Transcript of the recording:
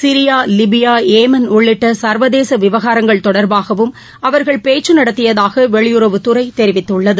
Syria Libya Yemen உள்ளிட்ட சர்வதேச விவாகாரங்கள் தொடர்பாகவும் அவர்கள் பேச்சு நடத்தியதாக வெளியுறவுத்துறை தெரிவித்துள்ளது